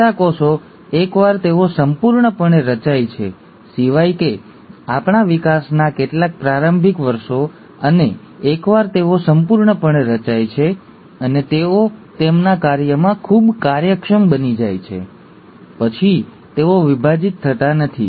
ચેતાકોષો એકવાર તેઓ સંપૂર્ણપણે રચાય છે સિવાય કે આપણા વિકાસના કેટલાક પ્રારંભિક વર્ષો અને એકવાર તેઓ સંપૂર્ણપણે રચાય છે અને તેઓ તેમના કાર્યમાં ખૂબ કાર્યક્ષમ બની જાય છે પછી તેઓ વિભાજિત થતા નથી